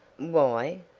why?